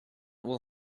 will